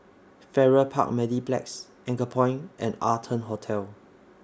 Farrer Park Mediplex Anchorpoint and Arton Hotel